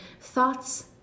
thoughts